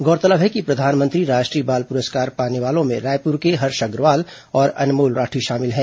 गौरतलब है कि प्रधानमंत्री राष्ट्रीय बाल पुरस्कार पाने वालों में रायपुर के हर्ष अग्रवाल और अनमोल राठी शामिल हैं